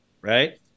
right